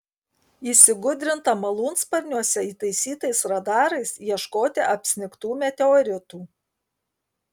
įsigudrinta malūnsparniuose įtaisytais radarais ieškoti apsnigtų meteoritų